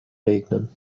regnen